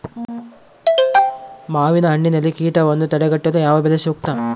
ಮಾವಿನಹಣ್ಣಿನಲ್ಲಿ ಕೇಟವನ್ನು ತಡೆಗಟ್ಟಲು ಯಾವ ಬಲೆ ಸೂಕ್ತ?